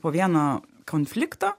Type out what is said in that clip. po vieno konflikto